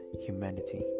humanity